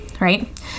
right